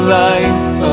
life